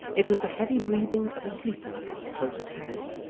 it was the heavy breathing of a sleeper, close at hand.